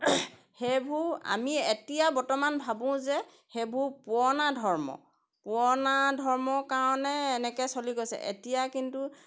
সেইবোৰ আমি এতিয়া বৰ্তমান ভাবোঁ যে সেইবোৰ পুৰণা ধৰ্ম পুৰণা ধৰ্ম কাৰণে এনেকৈ চলি গৈছে এতিয়া কিন্তু